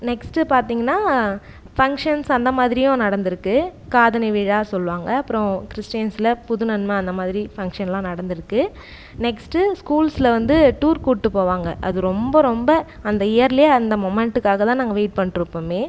next பார்த்தீங்னா functions அந்த மாதிரியும் நடந்துருக்கு காதணி விழா சொல்வாங்கள் அப்புறோ கிறிஸ்டியன்ஸில் புதுநன்மை அந்த மாதிரி ஃபங்ஷன்லாம் நடந்துருக்கு நெஸ்ட்டு ஸ்கூல்ஸ்லில் வந்து டூர் கூட்டு போவாங்கள் அது ரொம்ப ரொம்ப அந்த இயர்லே அந்த மொமெண்ட்காகதான் நாங்கள் வெயிட் பண்ணிட்டு இருப்போம்